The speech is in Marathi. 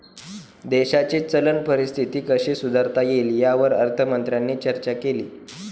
देशाची चलन परिस्थिती कशी सुधारता येईल, यावर अर्थमंत्र्यांनी चर्चा केली